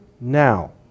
now